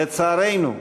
לצערנו,